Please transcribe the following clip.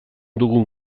dugun